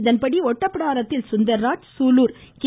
இதன்படி ஒட்டப்பிடாரத்தில் சுந்தர்ராஜ் சூலூர் கே